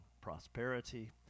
prosperity